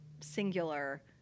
singular